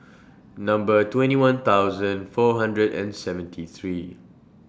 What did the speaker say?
Number twenty one thousand four hundred and seventy three